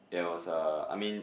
there was a I mean